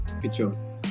Pictures